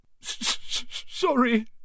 Sorry